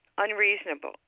Unreasonable